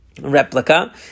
replica